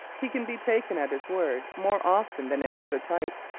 he can be taken at his word more often than any other type,